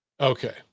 Okay